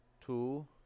two